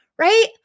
right